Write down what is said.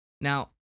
Now